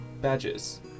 badges